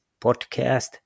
podcast